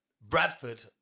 Bradford